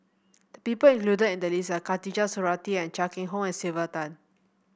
the people included in the list are Khatijah Surattee Chia Keng Hock and Sylvia Tan